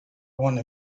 one